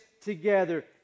together